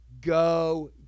go